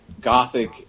Gothic